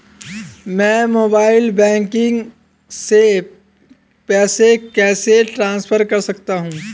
मैं mobile banking से पैसे कैसे ट्रांसफर कर सकता हूं?